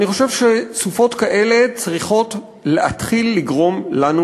אני חושב שסופות כאלה צריכות להתחיל לגרום לנו